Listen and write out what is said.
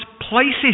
places